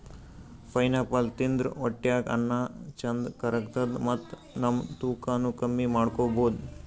pineapple ತಿಂದ್ರ್ ಹೊಟ್ಟ್ಯಾಗ್ ಅನ್ನಾ ಚಂದ್ ಕರ್ಗತದ್ ಮತ್ತ್ ನಮ್ ತೂಕಾನೂ ಕಮ್ಮಿ ಮಾಡ್ಕೊಬಹುದ್